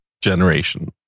generation